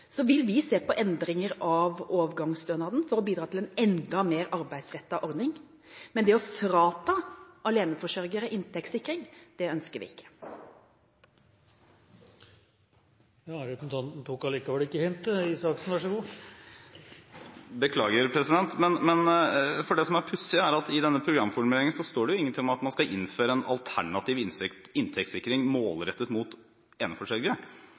Så vil vi se på endringer av overgangsstønaden for å bidra til en enda mer arbeidsrettet ordning. Men det å frata aleneforsørgere inntektssikring, det ønsker vi ikke. Representanten Røe Isaksen tok allikevel ikke hintet. Beklager, president, men i denne programformuleringen står det ingenting om at man skal innføre en alternativ inntektssikring målrettet mot eneforsørgere.